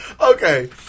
Okay